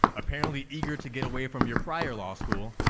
apparently eager to get away from your prior law school,